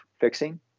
fixing